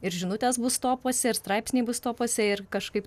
ir žinutės bus topuose ir straipsniai bus topuose ir kažkaip